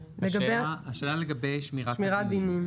המשפטים, השאלה לגבי שמירת דינים.